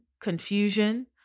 confusion